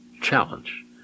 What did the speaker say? challenge